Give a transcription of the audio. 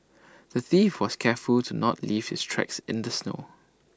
the thief was careful to not leave his tracks in the snow